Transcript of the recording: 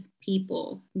people